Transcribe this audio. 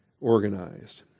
organized